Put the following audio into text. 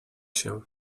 się